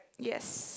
yes